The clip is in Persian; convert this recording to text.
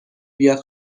بیاد